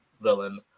villain